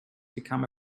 become